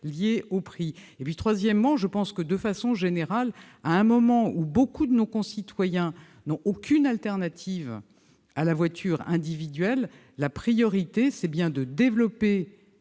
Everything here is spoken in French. liée au prix. Enfin, parce que, de façon générale, à un moment où beaucoup de nos concitoyens n'ont aucune alternative à la voiture individuelle, la priorité est de développer